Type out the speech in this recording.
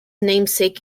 namesake